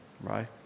right